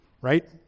right